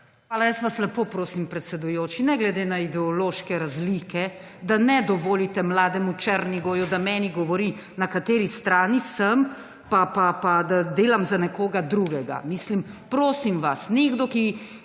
Hvala. Jaz vas lepo prosim, predsedujoči, ne glede na ideološke razlike, da ne dovolite mlademu Černigoju, da meni govori, na kateri strani sem in da delam za nekoga drugega. Prosim vas! Nekdo, ki